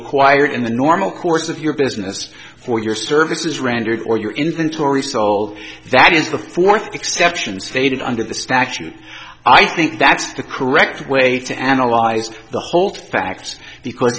acquired in the normal course of your business for your services rendered or your inventory sold that is the fourth exceptions faded under the statute i think that's the correct way to analyze the whole facts because